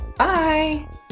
Bye